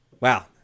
wow